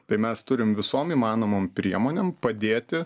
tai mes turim visom įmanomom priemonėm padėti